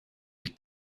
you